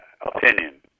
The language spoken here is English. opinion